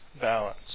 balance